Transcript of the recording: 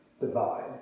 divide